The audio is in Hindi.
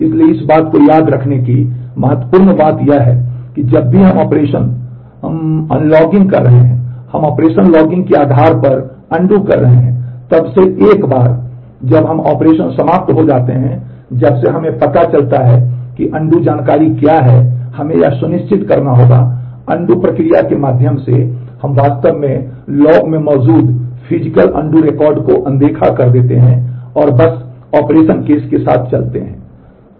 इसलिए इस बात को याद रखने की महत्वपूर्ण बात यह है कि जब भी हम ऑपरेशन हम्म अनलॉगिंग कर रहे हैं हम ऑपरेशन लॉगिंग के आधार पर अनडू रिकॉर्ड को अनदेखा कर देते हैं और बस ऑपरेशन केस के साथ चलते हैं